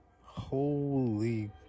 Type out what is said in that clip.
holy